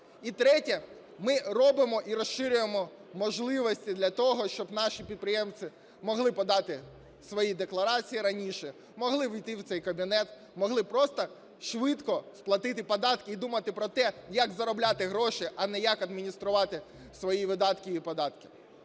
І третє. Ми робимо і розширюємо можливості для того, щоб наші підприємці могли подати свої декларації раніше, могли увійти в цей кабінет, могли просто швидко сплатити податки і думати про те, як заробляти гроші, а не як адмініструвати свої видатки і податки.